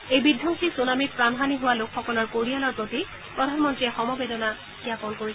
এই বিধবংসী ছুনামিত প্ৰাণহানি হোৱা লোকসকলৰ পৰিয়ালৰ প্ৰতি প্ৰধানমন্ত্ৰীয়ে সমবেদনা জ্ঞাপন কৰিছে